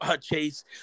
Chase